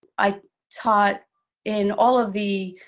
i taught in all of the